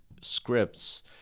scripts